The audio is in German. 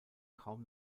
kaum